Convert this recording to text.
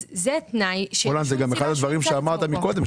אז זה תנאי -- רולנד זה גם אחד הדברים שאמרת מקודם,